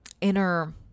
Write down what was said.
inner